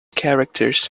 characters